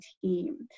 team